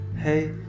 Hey